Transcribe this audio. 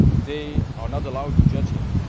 they are not allowed to judge him.